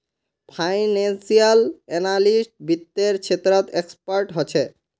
financial analyst वित्त्तेर क्षेत्रत expert ह छे